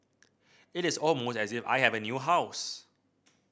it is almost as if I have a new house